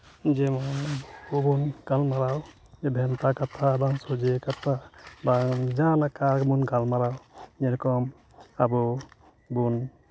ᱡᱮᱢᱚᱱ ᱵᱚᱱ ᱜᱟᱞᱢᱟᱨᱟᱣ ᱵᱷᱮᱱᱛᱟ ᱠᱟᱛᱷᱟ ᱵᱟᱝ ᱥᱚᱡᱷᱮ ᱠᱟᱛᱷᱟ ᱵᱟᱝ ᱡᱟᱦᱟᱸᱞᱮᱠᱟ ᱟᱭᱢᱟ ᱜᱟᱞᱢᱟᱨᱟᱣ ᱡᱮᱨᱚᱠᱚᱢ ᱟᱵᱚ ᱵᱚᱱ